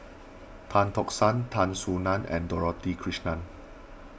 Tan Tock San Tan Soo Nan and Dorothy Krishnan